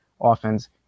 offense